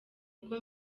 uko